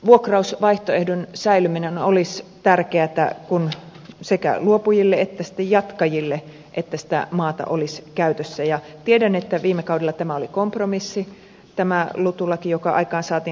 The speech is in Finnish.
vuokrausvaihtoehdon säilyminen olisi tärkeätä sekä luopujille että sitten jatkajille että sitä maata olisi käytössä ja tiedän että viime kaudella tämä oli kompromissi tämä lutu laki joka aikaansaatiin